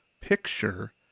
picture